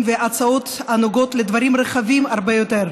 והצעות שנוגעות לדברים רחבים הרבה יותר,